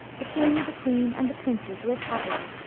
the king, the queen, and the princes live happily,